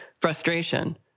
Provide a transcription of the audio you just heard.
frustration